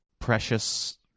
precious